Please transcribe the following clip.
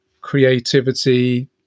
creativity